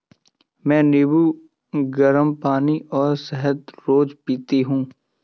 मैं नींबू, गरम पानी और शहद रोज पीती हूँ